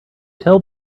tell